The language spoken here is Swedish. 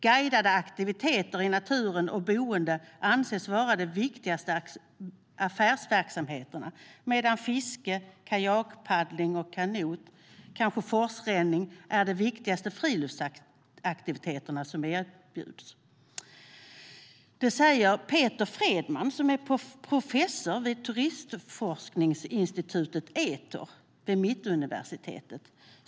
Guidade aktiviteter i naturen och boende anses vara de viktigaste affärsverksamheterna, medan fiske, kajak och kanotpaddling och kanske även forsränning är de viktigaste friluftsaktiviteterna som erbjuds. Det säger Peter Fredman, professor vid turismforskningsinstitutet Etour vid Mittuniversitetet.